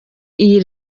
iyi